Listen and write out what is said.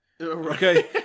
Okay